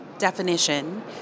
definition